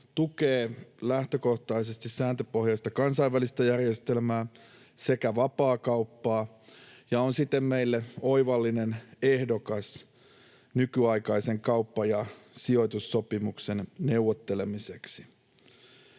tukee lähtökohtaisesti sääntöpohjaista kansainvälistä järjestelmää sekä vapaakauppaa ja on siten meille oivallinen ehdokas nykyaikaisen kauppa- ja sijoitussopimuksen neuvottelemiseksi.